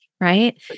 Right